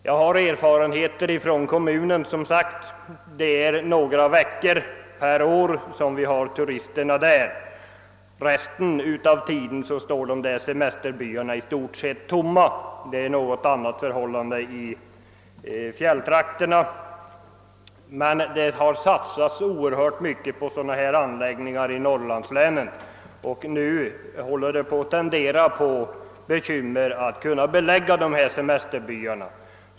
Jag har som sagt erfarenheter från min hemkommun. Det är några veckor per år som vi har turisterna där — resten av året står semesterbyarna i stort sett tomma. I fjälltrakterna är förhållandena något annorlunda. Men det har satsats mycket stora belopp på sådana här anläggningar i norrlandslänen, och tendensen är att det börjar bli bekymmer med att belägga semesterbyarna.